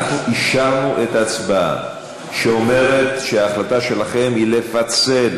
אנחנו אישרנו בהצבעה את ההחלטה שלכם לפצל